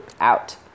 out